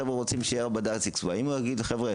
החבר'ה רוצים שיהיה בד"ץ X,Y. אם הוא יגיד: חבר'ה,